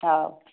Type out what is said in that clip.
ହେଉ